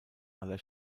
aller